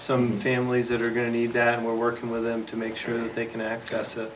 some families that are going to need that we're working with them to make sure they can access